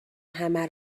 همه